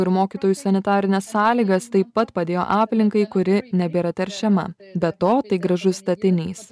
ir mokytojų sanitarines sąlygas taip pat padėjo aplinkai kuri nebėra teršiama be to tai gražus statinys